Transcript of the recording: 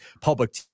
public